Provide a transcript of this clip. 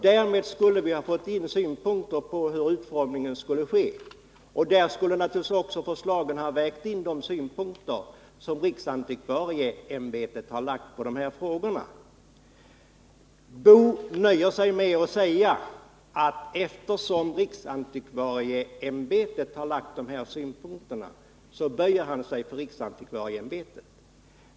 Därmed skulle vi ha fått in synpunkter på utformningen, och i förslagen skulle naturligtvis också ha vägts in de synpunkter som riksantikvarieämbetet har anlagt på dessa frågor. Karl Boo nöjer sig med att säga att han böjer sig för riksantikvarieämbetet, som har anfört dessa synpunkter.